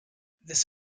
this